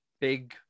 big